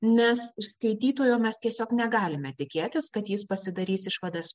nes iš skaitytojo mes tiesiog negalime tikėtis kad jis pasidarys išvadas